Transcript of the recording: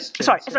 sorry